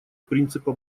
принципа